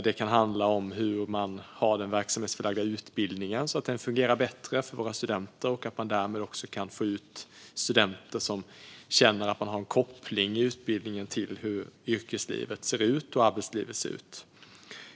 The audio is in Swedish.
Det kan handla om hur man gör med den verksamhetsförlagda utbildningen så att den fungerar bättre för studenterna och att man därmed kan få ut studenter som känner att det finns en koppling i utbildningen till hur yrkes och arbetslivet ser ut.